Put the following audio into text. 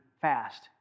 fast